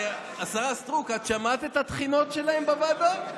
השרה סטרוק, את שמעת את התחינות שלהם בוועדות?